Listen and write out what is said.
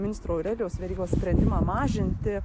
ministro aurelijaus verygos sprendimą mažinti